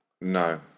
No